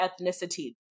ethnicity